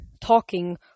talking-